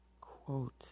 Quote